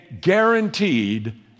guaranteed